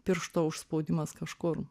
piršto užspaudimas kažkur